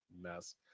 Mess